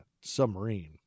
submarine